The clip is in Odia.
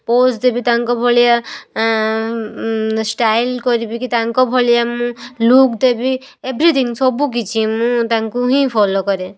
ପୋଜ୍ ଦେବି ତାଙ୍କ ଭଳିଆ ଷ୍ଟାଇଲ୍ କରିବି କି ତାଙ୍କ ଭଳିଆ ମୁଁ ଲୁକ୍ ଦେବି ଏଭରିଥିଙ୍ଗ୍ ସବୁ କିଛି ମୁଁ ତାଙ୍କୁ ହିଁ ଫଲୋ କରେ